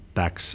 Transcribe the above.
tax